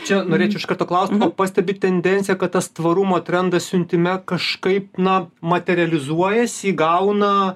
čia norėčiau iš karto klaust o pastebit tendenciją kad tas tvarumo trendas siuntime kažkaip na materializuojasi įgauna